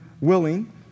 willing